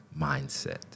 mindset